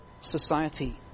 society